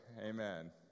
Amen